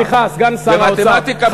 זו מתמטיקה פשוטה.